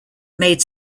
made